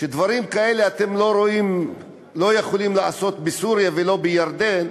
דברים כאלה אתם לא יכולים לעשות בסוריה ולא בירדן,